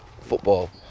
football